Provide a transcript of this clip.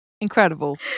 incredible